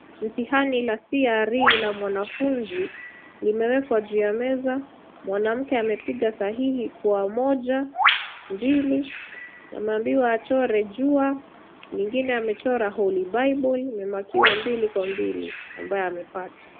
Mtihani la CRE la mwanafunzi limewekwa juu ya meza. Mwanamke amepiga sahihi kwa moja, mbili .Ameambiwa achore jua, lingine amechora Holy Bible . Amemarkiwa mbili kwa mbili ambayo amepata.